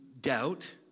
doubt